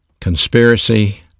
conspiracy